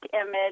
image